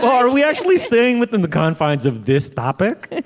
are we actually staying within the confines of this topic.